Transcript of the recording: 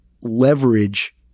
leverage